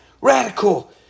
radical